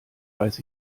weiß